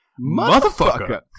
Motherfucker